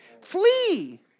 Flee